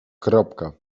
kropka